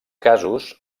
casos